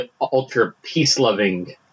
ultra-peace-loving